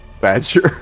Badger